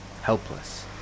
helpless